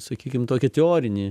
sakykim tokį teorinį